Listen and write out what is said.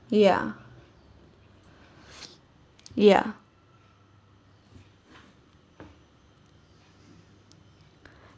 ya ya